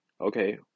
Okay